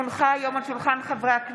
כי הונחה היום על שולחן הכנסת,